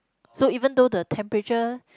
so even though the temperature